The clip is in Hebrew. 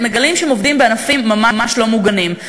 מגלים שהם עובדים בענפים ממש לא מוגנים.